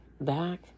back